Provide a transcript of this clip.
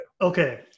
Okay